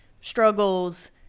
struggles